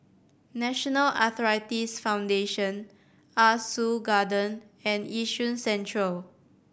National Arthritis Foundation Ah Soo Garden and Yishun Central